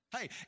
Hey